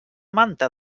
manta